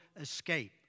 escape